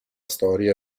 storia